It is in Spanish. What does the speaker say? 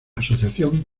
asociación